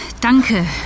Danke